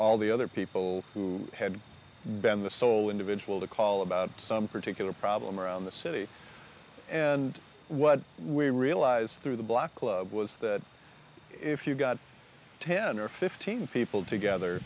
all the other people who had been the sole individual to call about some particular problem around the city and what we realized through the block club was that if you got ten or fifteen people together